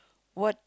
what